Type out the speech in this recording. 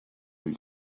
lui